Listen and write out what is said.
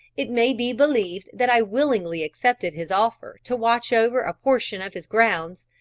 it may be believed that i willingly accepted his offer to watch over a portion of his grounds,